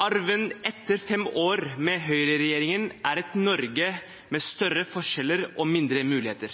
Arven etter fem år med høyreregjering er et Norge med større forskjeller og mindre muligheter.